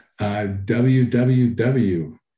www